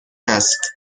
است